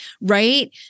right